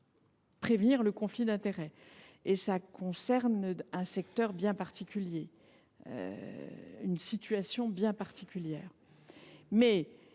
prévenir les conflits d’intérêts. Cela concernera un secteur bien particulier, une situation bien particulière